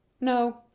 No